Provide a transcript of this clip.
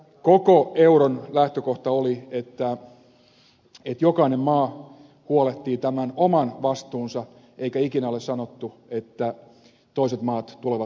koko euron lähtökohta oli että jokainen maa huolehtii tämän oman vastuunsa eikä ikinä ole sanottu että toiset maat tulevat pelastamaan